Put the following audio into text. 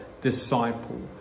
disciple